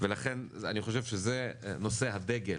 ולכן אני חושב שזה נושא הדגל